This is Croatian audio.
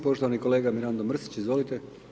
Poštovani Kolega Mirando Mrsić, izvolite.